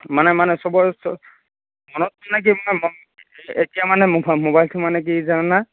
মানে মানে চবৰে চবৰে এতিয়া মানে ম' ম'বাইলটো মানে কি জাননে